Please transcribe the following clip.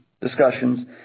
discussions